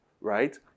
right